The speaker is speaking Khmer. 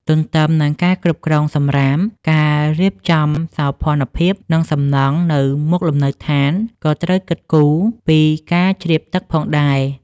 ទន្ទឹមនឹងការគ្រប់គ្រងសំរាម ការរៀបចំសោភ័ណភាព និងសំណង់នៅមុខលំនៅដ្ឋាន ក៏ត្រូវគិតគូរពីការជ្រាបទឹកផងដែរ។